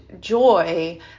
joy